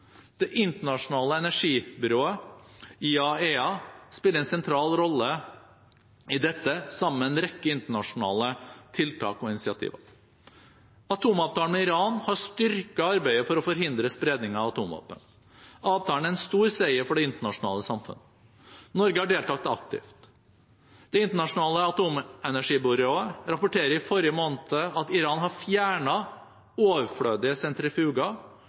Det internasjonale atomenergibyrået IAEA spiller en sentral rolle i dette, sammen med en rekke internasjonale tiltak og initiativer. Atomavtalen med Iran har styrket arbeidet med å forhindre spredning av atomvåpen. Avtalen er en stor seier for det internasjonale samfunn. Norge har deltatt aktivt. Det internasjonale atomenergibyrået rapporterte i forrige måned at Iran har fjernet overflødige sentrifuger